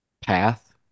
path